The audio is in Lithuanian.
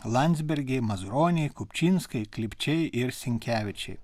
landsbergiai mazuroniai kupčinskai klypčiai ir sinkevičiai